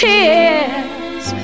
Tears